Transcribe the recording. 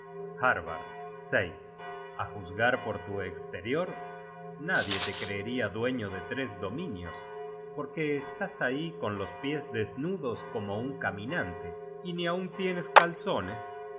saber harbard a juzgar por tu esterior nadie te creeria dueño de tres dominios porque estás ahí con los piés desnudos como un caminante y ni aun tienes calzones